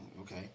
okay